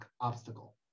obstacle